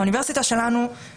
האוניברסיטה שלנו,